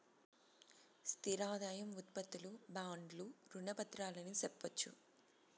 స్థిర ఆదాయం ఉత్పత్తులు బాండ్లు రుణ పత్రాలు అని సెప్పొచ్చు